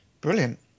Brilliant